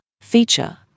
feature